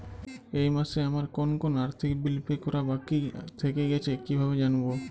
এই মাসে আমার কোন কোন আর্থিক বিল পে করা বাকী থেকে গেছে কীভাবে জানব?